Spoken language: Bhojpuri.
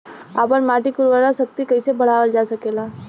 आपन माटी क उर्वरा शक्ति कइसे बढ़ावल जा सकेला?